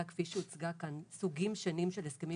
כפי שהוצגה כאן - סוגים שונים של הסכמים